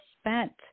spent